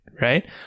Right